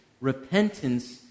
Repentance